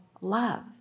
love